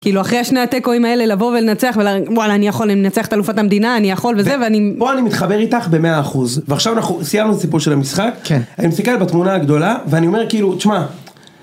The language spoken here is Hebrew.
כאילו אחרי השני התיקואים האלה לבוא ולנצח ול..וואלה אני יכול לנצח את אלופת המדינה אני יכול וזה ואני פה אני מתחבר איתך במאה אחוז ועכשיו אנחנו סיימנו סיפור של המשחק אני מסתכל בתמונה הגדולה ואני אומר כאילו תשמע.